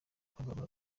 guhagarara